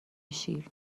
شیر